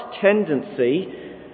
tendency